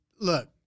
Look